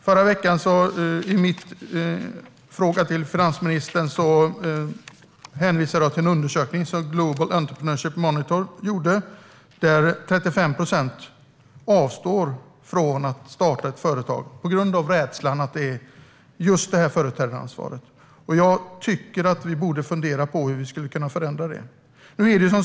I min fråga till finansministern under frågestunden häromveckan hänvisade jag till att Global Entrepreneurship Monitors undersökning visar att 35 procent avstår från att starta företag på grund av rädsla för företrädaransvaret. Jag tycker att vi borde fundera på hur vi kan förändra det.